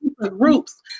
groups